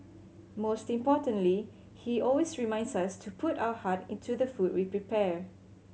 most importantly he always reminds us to put our heart into the food we prepare